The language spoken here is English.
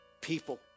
people